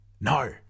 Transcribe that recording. No